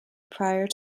prior